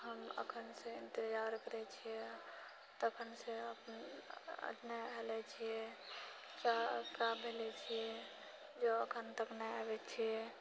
हम अखनसँ इन्तजार करैत छिऐ तखनसँ नहि ऐलहुँ छिऐ क्या कैबे लए छिऐ जँ अखन तक नहि अबैत छिऐ